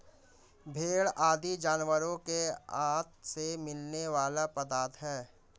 भेंड़ आदि जानवरों के आँत से मिलने वाला पदार्थ है